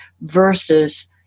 versus